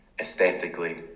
aesthetically